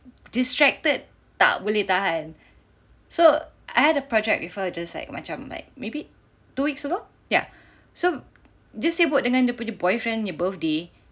distracted tak tak boleh tahan so I had a project before just like macam like maybe two weeks ago ya so dia sibuk dengan dia punya boyfriend punya birthday